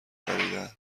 خریدن